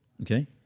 Okay